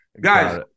Guys